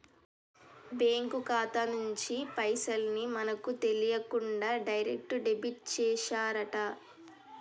bank ఖాతా నుంచి పైసల్ ని మనకు తెలియకుండా డైరెక్ట్ డెబిట్ చేశారట